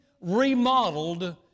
remodeled